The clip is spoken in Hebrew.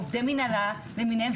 עובדי מינהלה למיניהם,